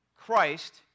Christ